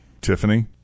Tiffany